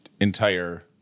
entire